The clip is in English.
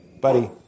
Buddy